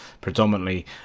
predominantly